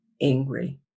angry